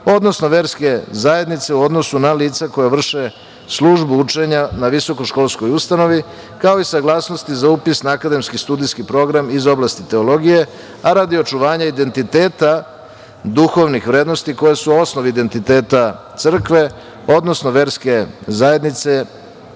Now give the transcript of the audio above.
odnosno verske zajednice u odnosu na lica koja vrše službu učenja na visokoškolskoj ustanovi, kao i saglasnosti za upis na akademijski studijski program iz oblasti teologije, a radi očuvanja identiteta duhovnih vrednosti koje su osnov identiteta crkve, odnosno verske zajednice